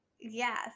Yes